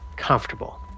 comfortable